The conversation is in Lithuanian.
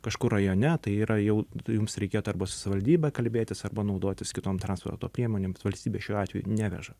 kažkur rajone tai yra jau jums reikėtų arba su savivaldybe kalbėtis arba naudotis kitom transporto priemonėmis valstybė šiuo atveju neveža